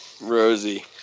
Rosie